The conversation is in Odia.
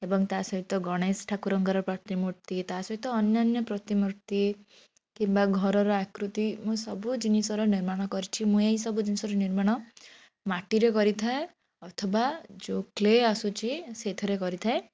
ଏବଂ ତା'ସହିତ ଗଣେଶ ଠାକୁରଙ୍କର ପ୍ରତିମୂର୍ତ୍ତି ତା ସହିତ ଅନ୍ୟାନ୍ୟ ପ୍ରତିମୂର୍ତ୍ତି କିମ୍ବା ଘରର ଆକୃତି ମୁଁ ସବୁ ଜିନିଷର ନିର୍ମାଣ କରିଛି ମୁଁ ଏହି ସବୁ ନିର୍ମାଣ ମାଟିରେ କରିଥାଏ ଅଥବା ଯୋ କ୍ଲେ ଆସୁଛି ସେଥିରେ କରିଥାଏ